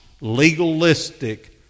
legalistic